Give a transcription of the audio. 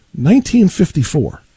1954